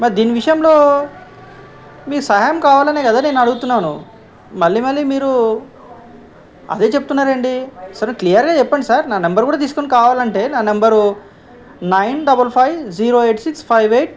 మరి దీని విషయంలో మీ సహాయం కావాలనే కదా నేను అడుగుతున్నాను మళ్ళీ మళ్ళీ మీరు అదే చెప్తున్నారండి సార్ క్లియర్గా చెప్పండి సార్ నా నెంబర్ కూడా తీసుకోండి కావాలంటే నా number nine double five zero eight six five eight